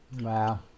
Wow